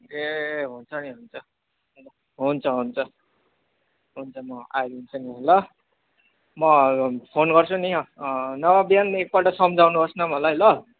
ए हुन्छ नि अन्त हुन्छ हुन्छ हुन्छ म आइदिन्छु नि ल म फोन गर्छु नि नभए बिहान एकपल्ट सम्झाउनुहोस् न मलाई ल